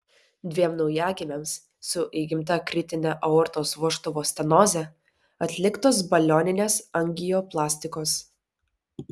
dviem naujagimiams su įgimta kritine aortos vožtuvo stenoze atliktos balioninės angioplastikos